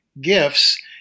gifts